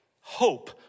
Hope